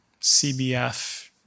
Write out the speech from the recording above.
CBF